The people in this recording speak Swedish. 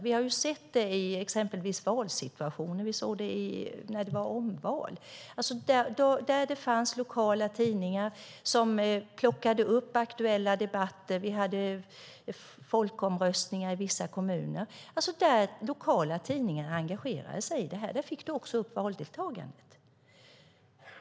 Vi har sett det i valsituationer, exempelvis när det var omval. Där de lokala tidningarna plockade upp aktuella debatter och engagerade sig i valet steg valdeltagandet.